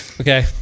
Okay